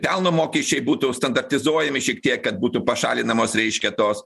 pelno mokesčiai būtų standartizuojami šiek tiek kad būtų pašalinamos reiškia tos